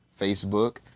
Facebook